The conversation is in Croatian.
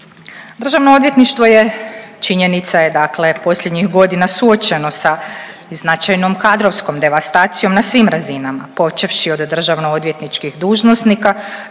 Državno odvjetništvo je, činjenica je dakle posljednjih godina suočeno sa značajnom kadrovskom devastacijom na svim razinama počevši od državno odvjetničkih dužnosnika